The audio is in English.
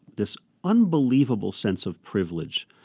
this unbelievable sense of privilege.